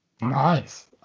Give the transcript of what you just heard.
nice